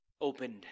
Opened